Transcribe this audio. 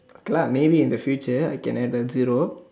okay lah maybe in the future I can add a zero